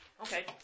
Okay